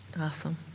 Awesome